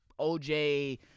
OJ